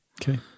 Okay